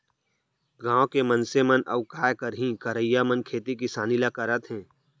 गॉंव के मनसे मन अउ काय करहीं करइया मन खेती किसानी ल करत हें